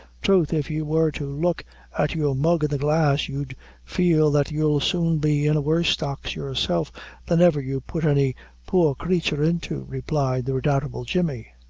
throth if you wor to look at your mug in the glass, you'd feel that you'll soon be in a worse stocks yourself than ever you put any poor craythur into, replied the redoubtable jemmy.